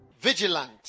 Vigilant